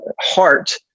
heart